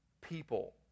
people